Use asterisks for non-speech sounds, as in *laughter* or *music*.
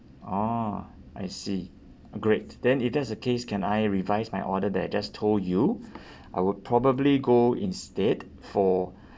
orh I see great then if that's the case can I revise my order that I just told you *breath* I would probably go instead for